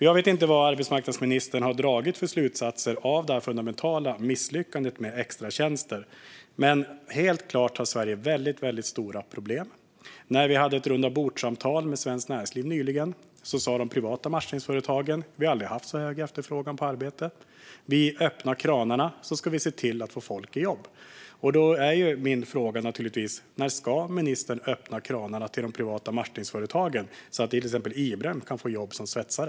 Jag vet inte vilka slutsatser arbetsmarknadsministern har dragit av det fundamentala misslyckandet med extratjänster, men helt klart har Sverige väldigt stora problem. Vid ett rundabordssamtal med Svenskt Näringsliv nyligen sa de privata matchningsföretagen att de aldrig har haft så hög efterfrågan på arbete. Om kranarna öppnas skulle de se till att få folk i jobb. När ska ministern öppna kranarna till de privata matchningsföretagen så att till exempel Ibrahim kan få jobb som svetsare?